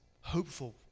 hopeful